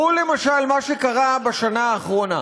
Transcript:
ראו, למשל, מה שקרה בשנה האחרונה.